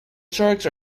sharks